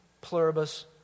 pluribus